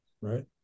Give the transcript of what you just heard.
right